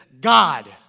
God